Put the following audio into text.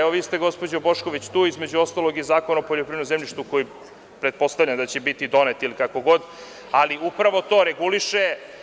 Evo, vi ste gospođo Bošković tu, između ostalog i Zakon o poljoprivrednom zemljištu, koji pretpostavljam da će biti donet ili kako god, ali upravo to reguliše.